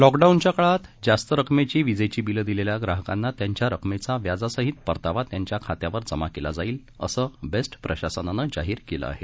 लॉकडाऊनच्या काळात जास्त रकमेची विजेची बिलं दिलेल्या ग्राहकांना त्यांच्या रकमेचा व्याजासाहित परतावा त्यांच्या खात्यावर जमा केला जाईल असं बेस्ट प्रशासनानं जाहीर केलं आहे